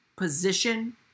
position